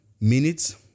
minutes